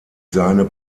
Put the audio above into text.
seine